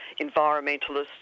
environmentalists